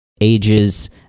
ages